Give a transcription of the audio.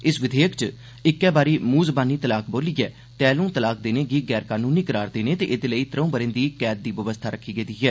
इस विधेयक च इक्कै बारी मुंह जबानी तलाक तलाक बोलियै तलाक लिक देने गी गैर कनूनी करार देने ते एह्दे लेई त्रौं ब' रें दी कैद दी बवस्था रक्खी गेदी ऐ